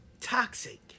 toxic